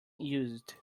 used